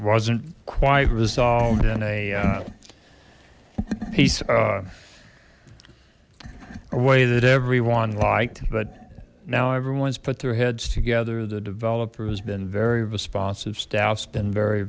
wasn't quite resolved in a piece a way that everyone liked but now everyone's put their heads together the developer has been very responsive staffs been very